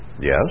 Yes